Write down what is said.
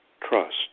trust